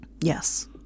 yes